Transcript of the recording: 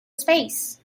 space